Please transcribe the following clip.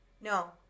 No